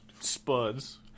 spuds